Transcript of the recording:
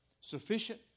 Sufficient